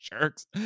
jerks